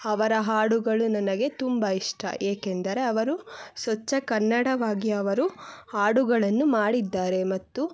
ಅವರ ಹಾಡುಗಳು ನನಗೆ ತುಂಬ ಇಷ್ಟ ಏಕೆಂದರೆ ಅವರು ಸ್ವಚ್ಛ ಕನ್ನಡವಾಗಿ ಅವರು ಹಾಡುಗಳನ್ನು ಮಾಡಿದ್ದಾರೆ ಮತ್ತು